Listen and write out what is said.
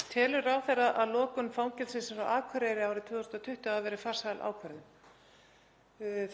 Telur ráðherra að lokun fangelsisins á Akureyri árið 2020 hafi verið farsæl ákvörðun?